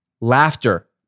Laughter